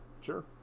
Sure